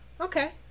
Okay